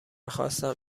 خواستم